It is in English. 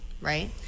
Right